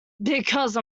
because